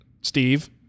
Steve